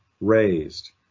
raised